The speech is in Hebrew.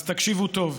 אז תקשיבו טוב,